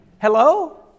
Hello